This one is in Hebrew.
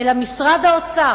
אלא משרד האוצר,